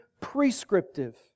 prescriptive